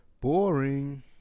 Boring